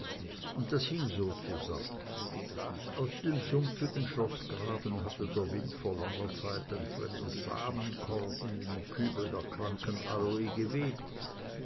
und das hing so zusammen aus dem sumpfigen schloßgraben hatte der wind vor langer zeit ein fremdes samenkorn in den kübel der kranken aloe geweht